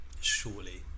Surely